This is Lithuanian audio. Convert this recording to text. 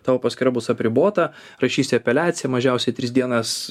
tavo paskyra bus apribota rašysi apeliaciją mažiausiai tris dienas